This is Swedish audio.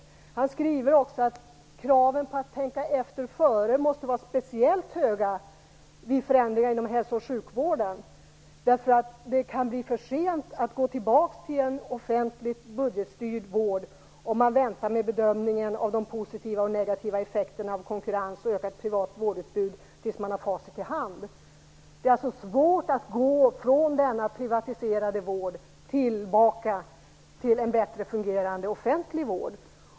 Göran Dahlgren skriver också att kraven på att tänka efter före måste vara speciellt höga vid förändringar inom hälso och sjukvården, därför att det kan bli för sent att gå tillbaka till en offentlig, budgetstyrd vård om man väntar med bedömningen av de positiva och negativa effekterna av konkurrens och ökat privat vårdutbud tills man har facit i hand. Det är alltså svårt att gå från denna privatiserade vård tillbaka till en bättre fungerande offentlig vård.